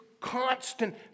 constant